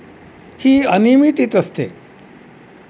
ही अनियमित येत असते